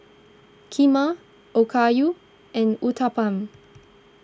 Kheema Okayu and Uthapam